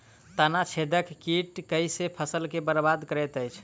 तना छेदक कीट केँ सँ फसल केँ बरबाद करैत अछि?